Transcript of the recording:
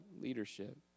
leadership